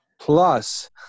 plus